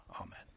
Amen